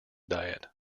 diet